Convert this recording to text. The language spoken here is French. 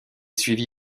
suivi